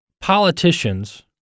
politicians